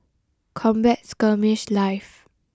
Combat Skirmish Live